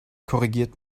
korrigiert